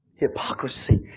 Hypocrisy